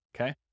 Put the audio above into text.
okay